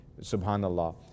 subhanallah